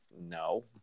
no